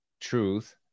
truth